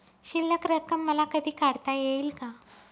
शिल्लक रक्कम मला कधी काढता येईल का?